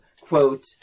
quote